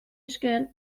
esker